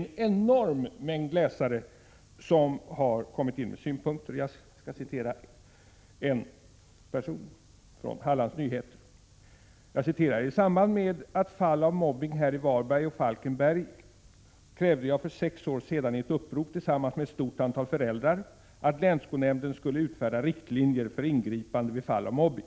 En enorm mängd läsare har lämnat synpunkter, och jag ber att här få citera vad en person skrivit i Hallands Nyheter. Det står bl.a. följande: ”I samband med fall av mobbning här i Varberg och i Falkenberg krävde jag för sex år sedan i upprop tillsammans med ett stort antal föräldrar, att länsskolnämnden skulle utfärda riktlinjer för ingripande vid fall av mobbning.